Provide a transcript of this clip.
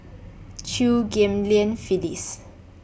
Chew Ghim Lian Phyllis